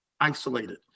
isolated